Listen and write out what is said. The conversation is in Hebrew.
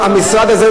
שהמשרד הזה,